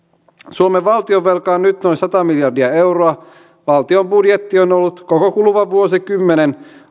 suomen valtionvelka on nyt noin sata miljardia euroa valtion budjetti on ollut koko kuluvan vuosikymmenen